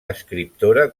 escriptora